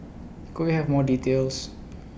could we have more details